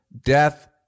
death